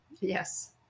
Yes